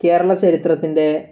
കേരള ചരിത്രത്തിൻ്റെ